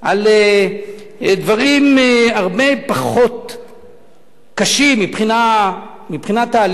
דברים הרבה פחות קשים מבחינת האלימות